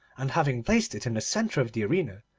and having placed it in the centre of the arena,